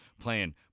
playing